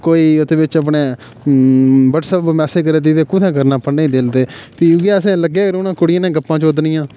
कोई ओह्दे बिच अपने व्हाट्सएप उप्पर मैसेज करा दी ते कु'त्थें करना पढने दी दिल ते भी उ'ऐ असें लग्गे रौह्ना कुड़ियें कन्नै गप्पा चोदनियां